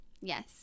yes